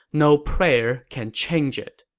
no prayer can change it!